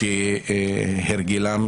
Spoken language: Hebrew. נייר כהרגלם,